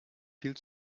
viel